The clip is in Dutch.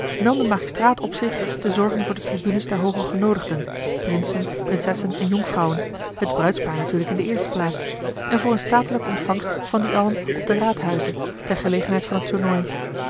nam de magistraat op zich te zorgen voor de tribunes der hooge genoodigden prinsen prinsessen en jonkvrouwen het bruidspaar natuurlijk in de eerste plaats en voor eene statelijke ontvangst van die allen op den raadhuize tor gelegenheid van het tournooi